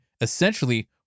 essentially